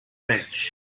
bench